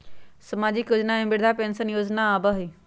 सामाजिक योजना में वृद्धा पेंसन और विधवा पेंसन योजना आबह ई?